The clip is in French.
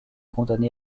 condamné